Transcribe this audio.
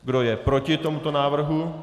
Kdo je proti tomuto návrhu?